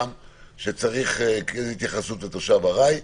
אני חושב, שצריך התייחסות לתושב ארעי,